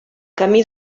camí